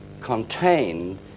contained